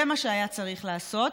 זה מה שהיה צריך לעשות.